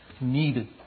needed